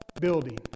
building